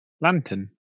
lantern